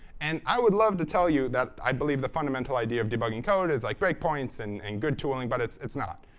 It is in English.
and i would love to tell you that i believe the fundamental idea of debugging code is like breakpoints and and good tooling, but it's it's not.